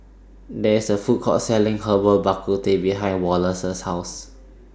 There IS A Food Court Selling Herbal Bak Ku Teh behind Wallace's House